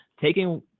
taking